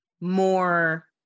more